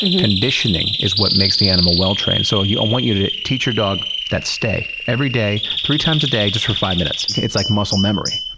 and conditioning is what makes the animal well trained. so i um want you to teach your dog that stay, every day, three times a day just for five minutes. it's like muscle memory.